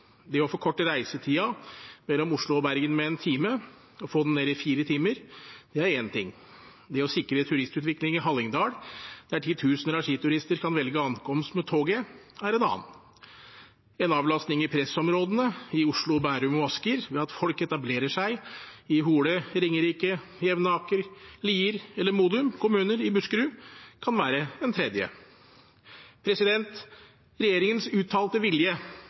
en time, få den ned i fire timer, er én ting. Det å sikre turistutvikling i Hallingdal, der titusener av skiturister kan velge ankomst med toget, er en annen. En avlastning i pressområdene i Oslo, Bærum og Asker ved at folk etablerer seg i Hole, Ringerike, Jevnaker, Lier eller Modum kommuner i Buskerud kan være en tredje. Regjeringens uttalte vilje